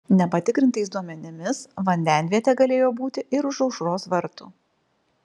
nepatikrintais duomenimis vandenvietė galėjo būti ir už aušros vartų